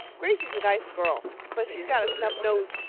gracie's a nice girl but she's got a snub nose.